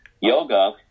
Yoga